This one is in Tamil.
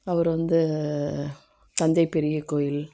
அவர் வந்து தஞ்சை பெரிய கோயில்